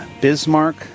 Bismarck